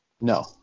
No